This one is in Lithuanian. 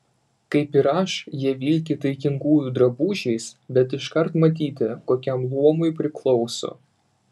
kaip ir aš jie vilki taikingųjų drabužiais bet iškart matyti kokiam luomui priklauso